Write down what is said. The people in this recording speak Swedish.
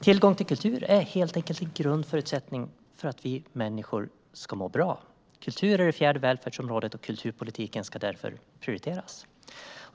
Tillgång till kultur är helt enkelt en grundförutsättning för att vi människor ska må bra. Kultur är det fjärde välfärdsområdet, och kulturpolitiken ska därför prioriteras.